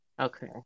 Okay